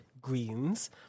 greens